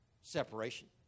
Separation